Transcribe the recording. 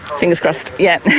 fingers crossed, yes!